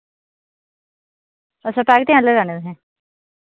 अच्छा पैकेटें आह्ले लैने तुसैं